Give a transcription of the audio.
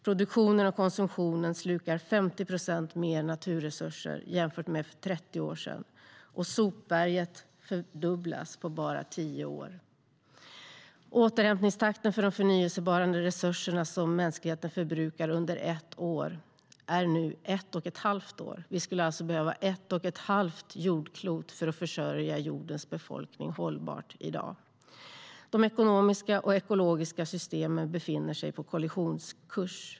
Produktionen och konsumtionen slukar 50 procent mer naturresurser jämfört med för 30 år sedan, och sopberget fördubblas på bara tio år. Återhämtningstakten för de förnybara resurser som mänskligheten förbrukar under ett år är nu ett och ett halvt år. Vi skulle alltså behöva ett och ett halvt jordklot för att i dag försörja jordens befolkning på ett hållbart sätt.De ekonomiska och ekologiska systemen befinner sig på kollisionskurs.